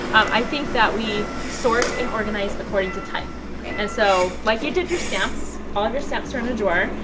i think that we sort and organize according to type. and so, like you did your stamps, all of your stamps are in a drawer,